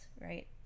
right